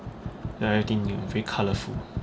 ya everything new very colourful